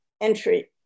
entry